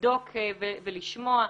לבדוק ולשמוע.